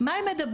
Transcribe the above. מה הם מדברים,